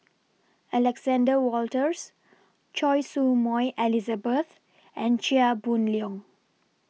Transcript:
Alexander Wolters Choy Su Moi Elizabeth and Chia Boon Leong